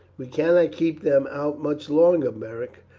we cannot keep them out much longer, beric,